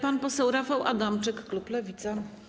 Pan poseł Rafał Adamczyk, klub Lewica.